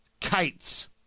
kites